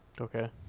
Okay